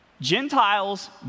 Gentiles